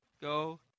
go